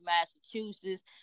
Massachusetts